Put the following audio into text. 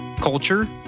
culture